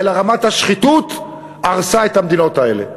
אלא רמת השחיתות הרסה את המדינות האלה.